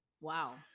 Wow